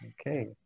okay